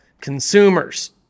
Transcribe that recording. consumers